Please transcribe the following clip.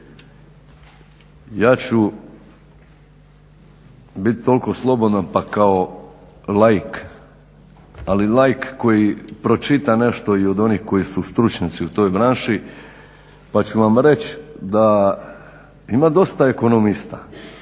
Ja ću bit toliko slobodan pa kao laik, ali laik koji pročita nešto i od onih koji su stručnjaci u toj branši, pa ću vam reći da ima dosta ekonomista